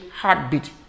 heartbeat